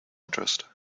interest